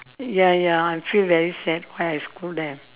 ya ya I feel very sad why I scold them